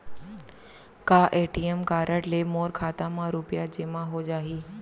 का ATM card ले मोर खाता म रुपिया जेमा हो जाही?